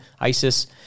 Isis